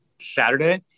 Saturday